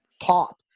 pop